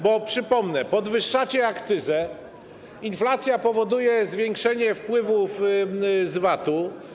Bo przypomnę: podwyższacie akcyzę, inflacja powoduje zwiększenie wpływów z VAT.